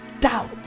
doubt